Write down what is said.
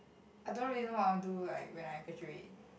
I don't really know what I want do like when I graduate